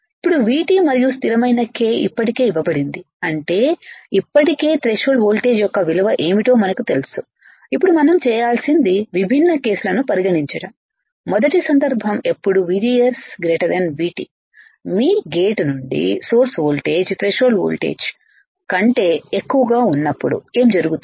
ఇప్పుడు VT మరియు స్థిరమైన k ఇప్పటికే ఇవ్వబడింది అంటే ఇప్పటికే థ్రెషోల్డ్ వోల్టేజ్ యొక్క విలువ ఏమిటో మనకు తెలుసు ఇప్పుడు మనం చేయాల్సింది విభిన్న కేసులని పరిగణించడం మొదటి సందర్భం ఎప్పుడు VGS VT మీ గేట్ నుండి source voltage threshold voltage voltage కంటే ఎక్కువగా ఉన్నప్పుడు ఏమి జరుగుతుంది